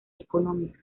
económica